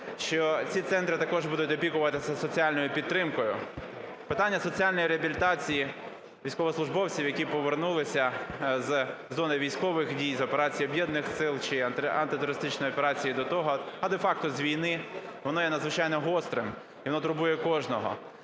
що ці центри також будуть опікуватися соціальною підтримкою. Питання соціальної реабілітації військовослужбовців, які повернулися з зони військових дій, з операції Об'єднаних сил, чи антитерористичної операції до того, а де-факто – з війни, вони є надзвичайно гострим і воно турбує кожного.